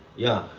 yeah,